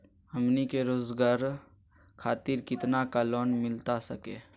हमनी के रोगजागर खातिर कितना का लोन मिलता सके?